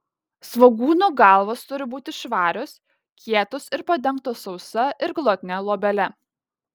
svogūnų galvos turi būti švarios kietos ir padengtos sausa ir glotnia luobele